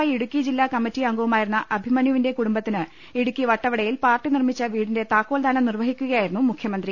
I Idukki ജില്ലാ കമ്മിറ്റിയംഗവുമായിരുന്ന അഭിമന്യുവിന്റെ കുടുബത്തിന് ഇടുക്കി വട്ടവടയിൽ പാർട്ടി നിർമ്മിച്ചു വീടിന്റെ താക്കോൽദാനം നിർവഹിക്കുകയായിരുന്നു മുഖ്യമന്ത്രി